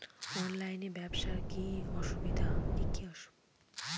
অনলাইনে ব্যবসার কি কি অসুবিধা?